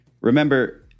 Remember